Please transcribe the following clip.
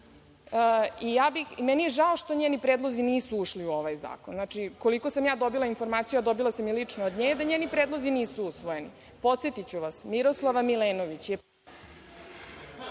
Meni je žao što njeni predlozi nisu ušli u ovaj zakon. Koliko sam ja dobila informaciju, a dobila sam je lično od nje, da njeni predlozi nisu usvojeni. Podsetiću vas, Miroslava Milenović je